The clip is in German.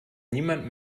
niemand